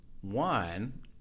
One –